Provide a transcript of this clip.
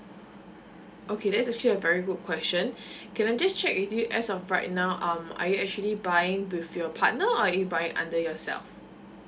okay there's actually a very good question can I just check with you as of right now um are you actually buying with your partner or are you buying under yourself